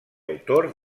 autor